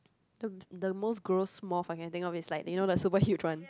the the most gross moth I can think of is like you know the super huge one